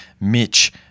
Mitch